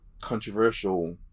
controversial